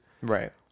Right